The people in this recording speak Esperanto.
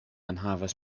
enhavas